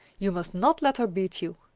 you must not let her beat you.